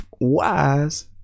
wise